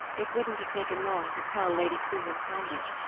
it wouldn't have taken long to tell lady susan condit.